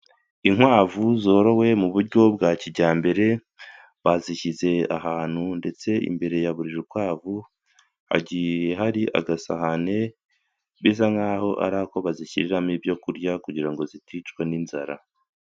Inkwavu zorowe mu buryo bwa kijyambere bazishyize ahantu ndetse imbere ya buri rukwavu hagiye hari agasahani bisa nkaho ari ako bazishyirariramo ibyo kurya kugira ngo ziticwa n'inzara.